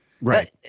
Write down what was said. Right